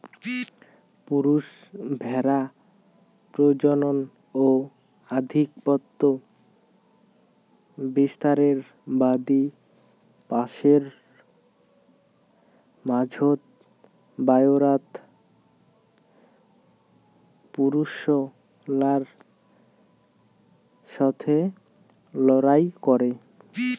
পুরুষ ভ্যাড়া প্রজনন ও আধিপত্য বিস্তারের বাদী পালের মাঝোত, বায়রাত পুরুষলার সথে লড়াই করে